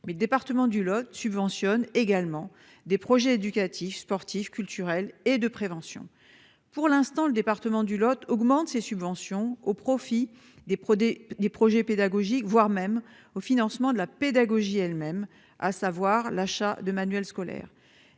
mais le département du Lot subventionne également des projets éducatifs sportifs, culturels et de prévention. Pour l'instant, le département du Lot augmente ses subventions au profit des pros des des projets pédagogiques, voire même au financement de la pédagogie elles-mêmes à savoir l'achat de manuels scolaires